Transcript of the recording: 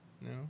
No